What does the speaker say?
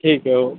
ठीक आहे हो